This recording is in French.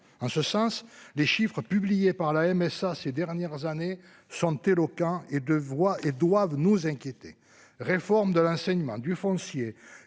en ce sens. Les chiffres publiés par la MSA ces dernières années sont éloquents et de voix et doivent nous inquiéter. Réforme de l'enseignement du foncier